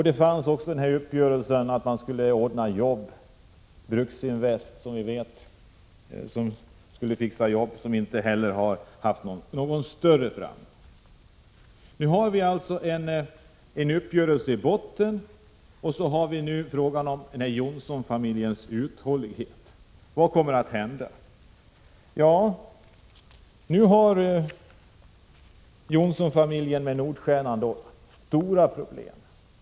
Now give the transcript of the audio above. Det fanns också en uppgörelse om att ordna jobb — det gäller Bruksinvest som skulle fixa jobb men som inte heller haft någon större framgång. Vi har alltså en uppgörelse i botten, och frågan gäller Johnsonfamiljens uthållighet. Vad kommer att hända? Nu har Johnsonfamiljen med Nordstjernan stora problem.